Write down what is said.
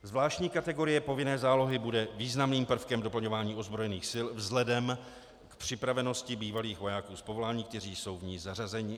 Zvláštní kategorie povinné zálohy bude významným prvkem doplňování ozbrojených sil vzhledem k připravenosti bývalých vojáků z povolání, kteří jsou v ní zařazeni.